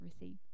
receive